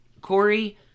Corey